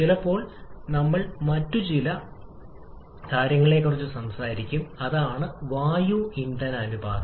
ചിലപ്പോൾ നമ്മൾ മറ്റ് കാര്യങ്ങളെക്കുറിച്ചും സംസാരിക്കും അതാണ് വായു ഇന്ധന അനുപാതം